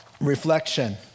reflection